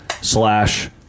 slash